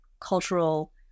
cultural